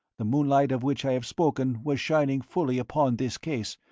the moonlight of which i have spoken was shining fully upon this case,